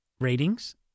ratings